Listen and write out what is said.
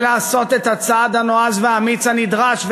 וצריך לעשות את הצעד הנועז והאמיץ הנדרש,